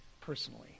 personally